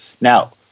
now